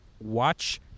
watch